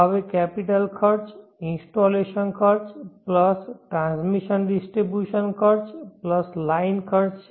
હવે કેપિટલ ખર્ચ ઇન્સ્ટોલેશન ખર્ચ પ્લસ ટ્રાન્સમિશન ડિસ્ટ્રીબ્યુશન ખર્ચ પ્લસ લાઇન ખર્ચ છે